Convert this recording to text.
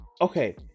okay